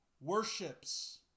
worships